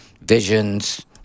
Visions